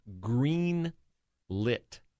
green-lit